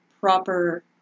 proper